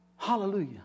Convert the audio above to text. Hallelujah